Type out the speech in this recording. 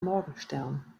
morgenstern